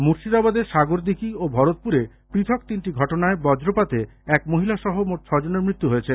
মুর্শিদাবাদের সাগরদিঘী ও ভরতপুরে পৃথক তিনটি ঘটনায় বজ্রপাতে এক মহিলা সহ মোট ছজনের মৃত্যু হয়েছে